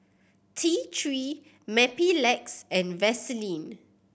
T Three Mepilex and Vaselin